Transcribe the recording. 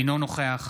אינו נוכח